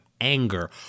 anger